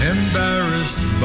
Embarrassed